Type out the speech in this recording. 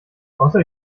außer